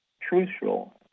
truthful